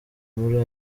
muri